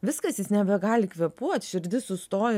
viskas jis nebegali kvėpuot širdis sustoja